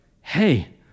hey